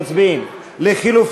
מיכל בירן, נחמן שי, קסניה סבטלובה,